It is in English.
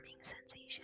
sensation